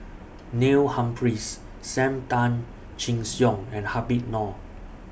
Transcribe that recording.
Neil Humphreys SAM Tan Chin Siong and Habib Noh